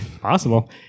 possible